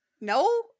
No